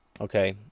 okay